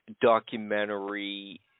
documentary